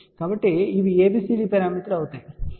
కాబట్టి ఇవి ABCD పారామితులు అవుతాయి